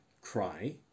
cry